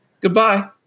Goodbye